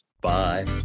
bye